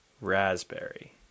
raspberry